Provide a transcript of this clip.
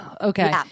okay